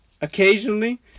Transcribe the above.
Occasionally